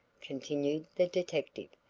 continued the detective,